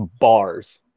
bars